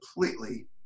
completely